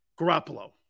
Garoppolo